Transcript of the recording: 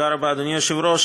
תודה רבה, אדוני היושב-ראש.